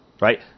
right